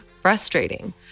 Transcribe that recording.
frustrating